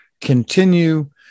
continue